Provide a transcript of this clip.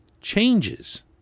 changes